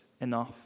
enough